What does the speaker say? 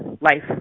life